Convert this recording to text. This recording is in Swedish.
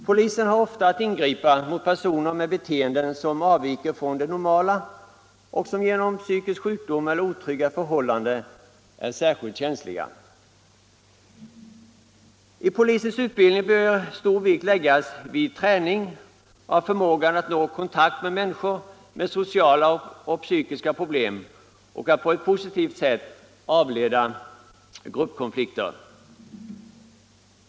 Polisen har ofta att ingripa mot personer med beteenden som avviker från det normala och som genom psykisk sjukdom eller otrygga förhållanden är särskilt känsliga. I polisens utbildning bör stor vikt läggas vid träning av förmågan att nå kontakt med människor som har sociala och psykiska problem och att på ett positivt sätt avleda gruppkonflikter.